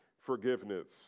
forgiveness